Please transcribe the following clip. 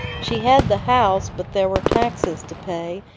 she had the house, but there were taxes to pay,